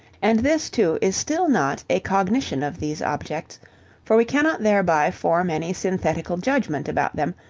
and this, too, is still not a cognition of these objects for we cannot thereby form any synthetical judgement about them,